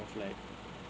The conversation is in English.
of like